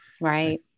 Right